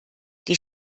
die